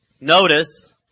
notice